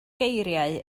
geiriau